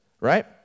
right